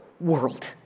world